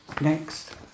Next